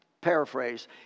paraphrase